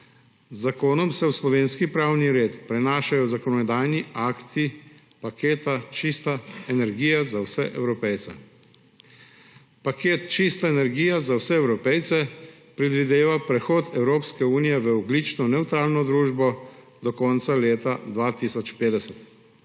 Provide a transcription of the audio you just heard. Z zakonom se v slovenski pravni red prenašajo zakonodajni akti paketa Čista energija za vse Evropejce. Paket Čista energija za vse Evropejce predvideva prehod Evropske unije v ogljično nevtralno družbo do konca leta 2050.